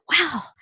wow